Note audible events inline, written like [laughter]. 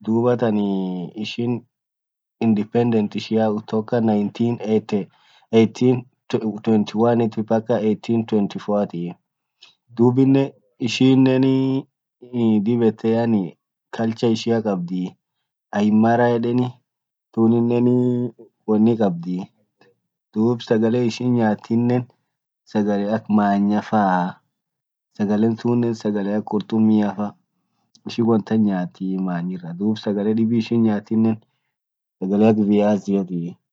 dubatanii [hesitation] indipendent ishia kutoka nineteen eighty one mpaka eighten twenti four ishine dib et culcture ishia qabdi almara edeni dub sagale ishin nyatine sagale ak manya faa sagale tunne sagale ak kurtumia faa ishin won tan manyira nyatii dub sagale dibine sagale ak viazi tii.